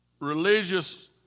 Religious